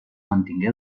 mantingué